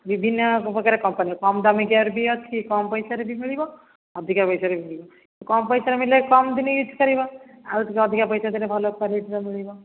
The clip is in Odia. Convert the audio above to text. ବିଭିନ୍ନ ପ୍ରକାର କମ୍ପାନୀ କମ୍ ଦାମୀକାରେ ବି ଅଛି କମ୍ ପଇସାରେ ମିଳିବ ଅଧିକା ପଇସାରେ ବି ମିଳିବ କମ୍ ପଇସାରେ ମିଳିଲେ କମ୍ ଦିନ ୟୁଜ୍ କରିବ ଆଉ ଯଦି ଅଧିକା ପଇସା ଦେଲେ ଭଲ କ୍ଵାଲିଟିର ମିଳିବ